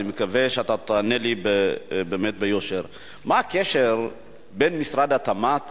אני מקווה שתענה לי ביושר: מה הקשר בין משרד התמ"ת